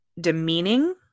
demeaning